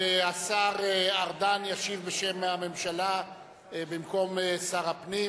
השר ארדן ישיב בשם הממשלה במקום שר הפנים.